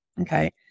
Okay